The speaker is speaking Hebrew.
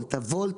עם ה-וולט?